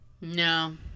No